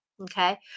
Okay